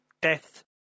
Death